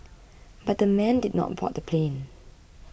but the men did not board the plane